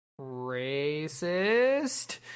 racist